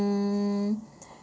mm